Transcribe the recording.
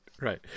right